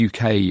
UK